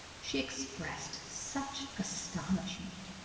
she expressed such astonishment,